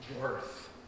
worth